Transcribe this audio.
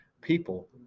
people